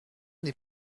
n’est